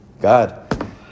God